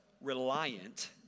reliant